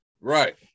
Right